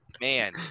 man